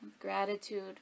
gratitude